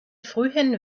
frühen